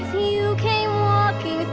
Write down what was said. you came walking